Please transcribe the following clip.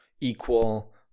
equal